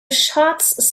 shots